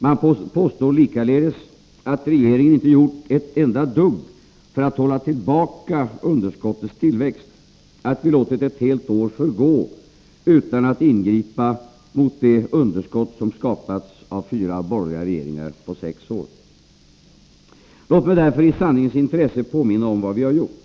Man påstår likaledes att regeringen inte har gjort ett enda dugg för att hålla tillbaka underskottets tillväxt och att vi låtit ett helt år förgå utan att ingripa mot de underskott som skapats av fyra borgerliga regeringar på sex år. Låt mig därför i sanningens intresse påminna om vad vi har gjort.